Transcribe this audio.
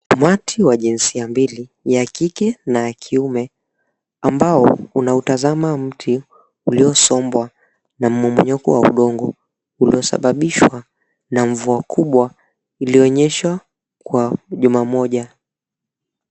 Umati wa jinsia mbili, ya kike na ya kiume ambao unautazama mti uliosombwa na mmomonyoko wa udongo, uliosababishwa na mvua kubwa iliyonyesha kwa juma moja.